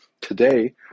Today